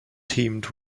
teamed